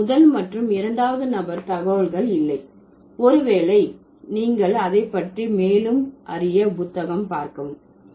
இங்கே முதல் மற்றும் இரண்டாவது நபர் தகவல்கள் இல்லை ஒரு வேளை நீங்கள் அதை பற்றி மேலும் அறிய புத்தகம் பார்க்கவும்